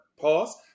Pause